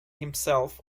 himself